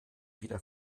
wieder